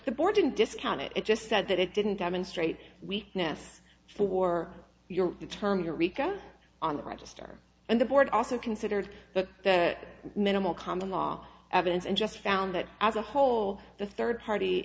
the board didn't discount it it just said that it didn't demonstrate weakness for your term your rico on the register and the board also considered the minimal common law evidence and just found that as a whole the third party